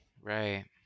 Right